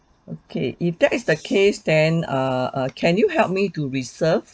okay if that is the case then err uh can you help me to reserve